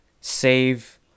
save